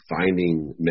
finding